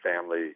family